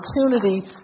opportunity